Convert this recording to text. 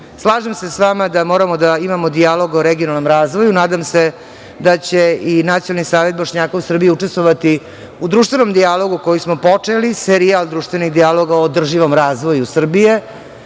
se sa vama da moramo da imao dijalog o regionalnom razvoju. Nadam se da će i Nacionalni savet Bošnjaka u Srbiji učestvovati u društvenom dijalogu koji smo počeli, serijal društvenih dijaloga o održivom razvoju Srbije